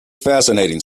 fascinating